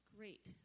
Great